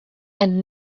and